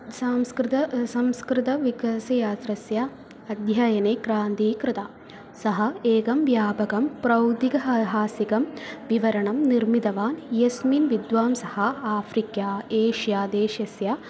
संस्कृतं संस्कृतविकासियात्रस्य अध्ययने क्रान्तिः कृता सः एकं व्यापकं प्रौद्यिकः हासिकं विवरणं निर्मितवान् यस्मिन् विद्वांसः आफ़्रिक्या एष्या देशस्य